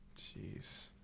Jeez